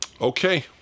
Okay